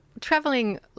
traveling